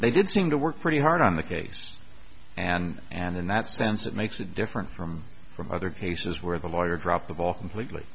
they did seem to work pretty hard on the case and and in that sense it makes it different from from other cases where the lawyer dropped the ball completely